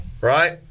right